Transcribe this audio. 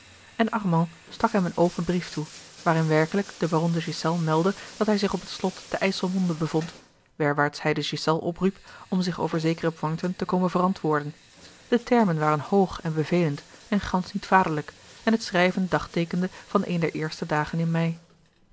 armand stak hem een open brief toe waarin werkelijk de baron de ghiselles meldde dat hij zich op het slot te ijsselmonde bevond werwaarts hij de ghiselles opriep om zich over zekere poincten te komen verantwoorden de termen waren hoog en bevelend en gansch niet vaderlijk en het schrijven dagteekende van een der eerste dagen in mei